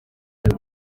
uyu